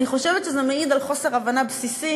אני חושבת שזה מעיד על חוסר הבנה בסיסי